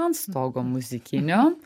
ant stogo muzikinio